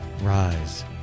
rise